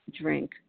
drink